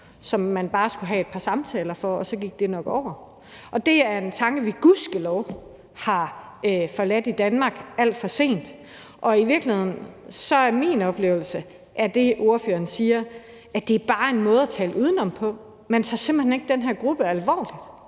hvor man bare skulle have et par samtaler, og så gik det nok over. Det er en tanke, vi gudskelov har forladt i Danmark – alt for sent. I virkeligheden er min oplevelse af det, ordføreren siger, at det bare er en måde at tale udenom på. Man tager simpelt hen ikke den her gruppe alvorligt.